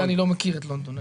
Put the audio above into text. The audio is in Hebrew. מכיר את לונדון,